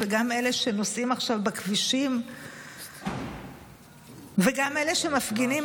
גם אלה שנוסעים עכשיו בכבישים וגם אלה שמפגינים